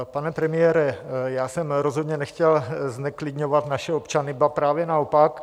Pane premiére, já jsem rozhodně nechtěl zneklidňovat naše občany, ba právě naopak.